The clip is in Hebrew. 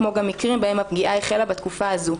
כמו גם מקרים בהם הפגיעה החלה בתקופה הזו.